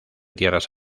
tierras